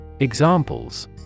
Examples